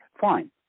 fine